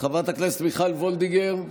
חברת הכנסת מיכל וולדיגר,